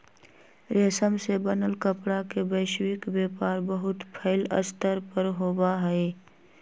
रेशम से बनल कपड़ा के वैश्विक व्यापार बहुत फैल्ल स्तर पर होबा हई